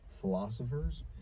Philosophers